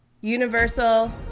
universal